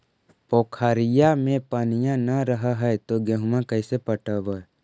पोखरिया मे पनिया न रह है तो गेहुमा कैसे पटअब हो?